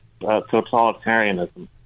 totalitarianism